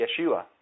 Yeshua